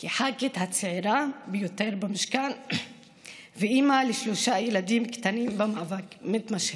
כח"כית הצעירה ביותר במשכן ואימא לשלושה ילדים קטנים במאבק מתמשך.